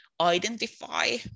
identify